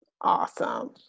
Awesome